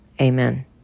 Amen